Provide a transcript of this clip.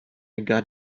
got